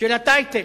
של טייטל,